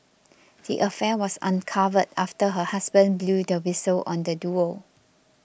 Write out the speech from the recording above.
the affair was uncovered after her husband blew the whistle on the duo